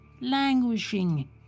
languishing